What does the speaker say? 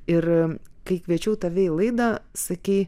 ir kai kviečiau tave į laidą sakei